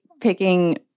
picking